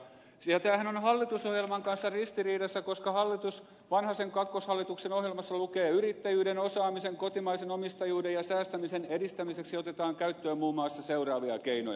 ja tämähän on hallitusohjelman kanssa ristiriidassa koska vanhasen kakkoshallituksen ohjelmassa lukee että yrittäjyyden osaamisen kotimaisen omistajuuden ja säästämisen edistämiseksi otetaan käyttöön muun muassa seuraavia keinoja